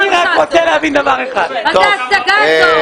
אני רוצה רק להבין דבר אחד --- מה זה ההצגה הזאת?